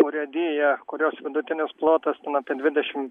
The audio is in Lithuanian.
urėdija kurios vidutinis plotas apie dvidešim